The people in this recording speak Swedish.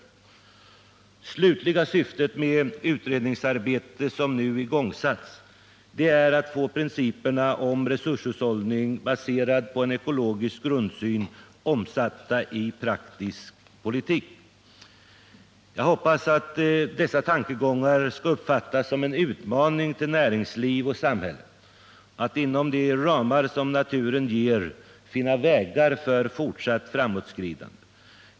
Det slutliga syftet med det utredningsarbete som nu igångsatts är att få principerna om resurshushållning baserad på en ekologisk grundsyn omsatta i praktisk politik. Jag hoppas att dessa tankegångar skall uppfattas som en utmaning till näringsliv och samhälle att inom de ramar som naturen ger finna vägar för fortsatt framåtskridande.